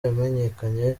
yamenyekanye